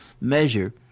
measure